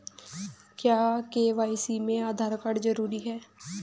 क्या के.वाई.सी में आधार कार्ड जरूरी है?